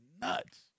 nuts